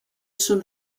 són